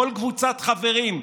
כל קבוצת חברים,